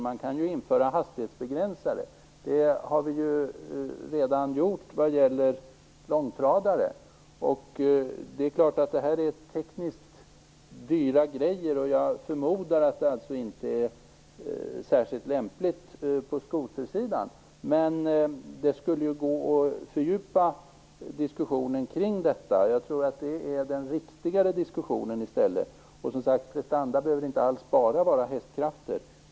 Man kan t.ex. införa hastighetsbegränsare, som man redan har gjort på långtradare. Detta är förstås tekniskt dyra grejer, och jag förmodar att de inte är särskilt lämpliga för skotrar. Men det borde gå att fördjupa diskussionen kring detta. Jag tror att den diskussionen skulle vara mer riktig. Och, som sagt, prestanda behöver inte alls bara handla om hästkrafter.